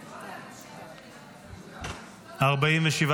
הפחתת תקציב לא נתקבלו.